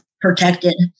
protected